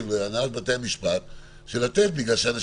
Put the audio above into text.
של הנהלת בתי המשפט של לתת בגלל שאל"ף,